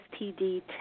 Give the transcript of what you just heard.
STD